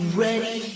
ready